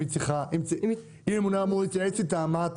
אם הממונה אמור להתייעץ איתם.